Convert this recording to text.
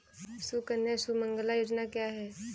सुकन्या सुमंगला योजना क्या है?